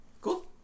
Cool